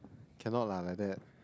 cannot lah like that